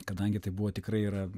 kadangi tai buvo tikrai yra